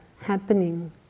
happening